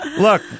Look